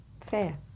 fair